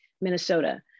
Minnesota